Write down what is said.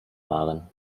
maren